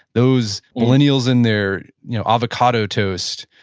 those millennials and their you know avocado toast.